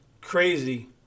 crazy